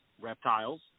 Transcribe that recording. reptiles